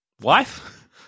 wife